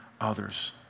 others